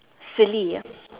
silly ah